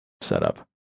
setup